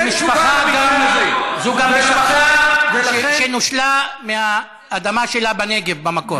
זאת גם משפחה שנושלה מהאדמה שלה בנגב, במקור.